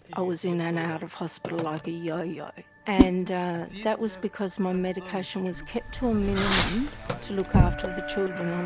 i was in and out of hospital like a yo-yo and that was because my medication was kept to a minimum to look after the children